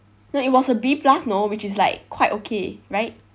not it was a B plus you know which is like quite okay right